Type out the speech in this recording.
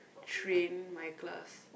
train my class